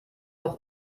auch